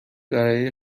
برای